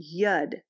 Yud